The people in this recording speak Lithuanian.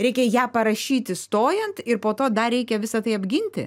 reikia ją parašyti stojant ir po to dar reikia visa tai apginti